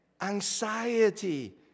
anxiety